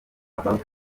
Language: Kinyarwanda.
about